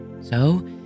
So